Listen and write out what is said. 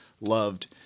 loved